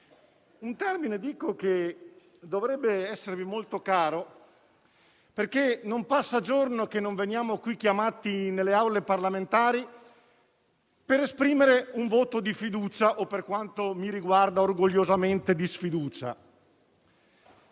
un termine che dovrebbe esservi molto caro, perché non passa giorno che non veniamo chiamati nelle Aule parlamentari per esprimere un voto di fiducia o, per quanto mi riguarda, orgogliosamente di sfiducia.